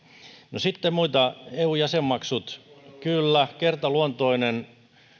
no sitten muita eu jäsenmaksut kyllä kertaluontoinen